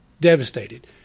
devastated